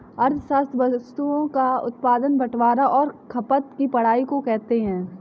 अर्थशास्त्र वस्तुओं का उत्पादन बटवारां और खपत की पढ़ाई को कहते हैं